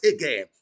again